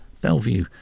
Bellevue